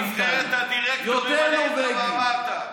על נבחרת הדירקטורים אני אראה לך מה אמרת.